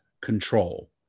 control